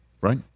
right